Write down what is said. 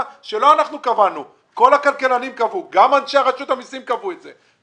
שלא אנחנו קבענו אלא כל הכלכלנים קבעו וגם אנשי רשות המיסים קבעו את זה.